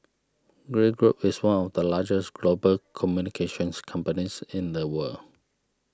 Grey Group is one of the largest global communications companies in the world